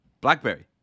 BlackBerry